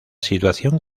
situación